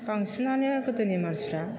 बांसिनानो गोदोनि मानसिफ्रा